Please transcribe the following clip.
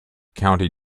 county